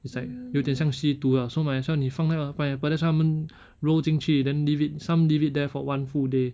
it's like 有点像吸毒 lah so might as well 你放那个 pineapple that's why 他们 roll 进去 then leave it some leave it there for one full day